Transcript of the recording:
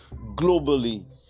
globally